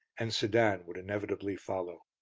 and sedan would inevitably follow.